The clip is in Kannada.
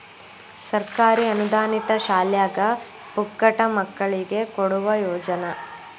ಸರ್ಕಾರಿ ಅನುದಾನಿತ ಶಾಲ್ಯಾಗ ಪುಕ್ಕಟ ಮಕ್ಕಳಿಗೆ ಕೊಡುವ ಯೋಜನಾ